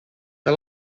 the